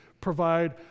provide